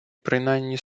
принаймні